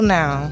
now